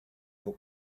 for